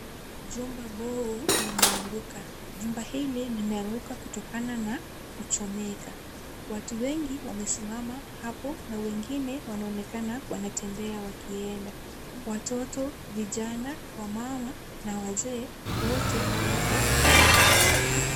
Jumba huu limeanguka. Jumba hili limeanguka kutokana na kuchomeka. Watu wengi wamesimama hapo na wengine wanaonekana wanatembea wakienda. Watoto, vijana, wamama na wazee wote wako hapa.